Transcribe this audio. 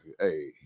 hey